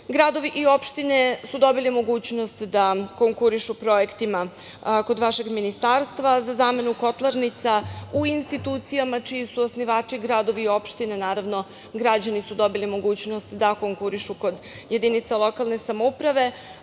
otpadu. Gradovi i opštine su dobile mogućnost da konkurišu projektima kod vašeg ministarstva za zamenu kotlarnica u institucijama čiji su osnivači gradovi, opštine, naravno građani su dobili mogućnost da konkurišu kod jedinica lokalne samouprave,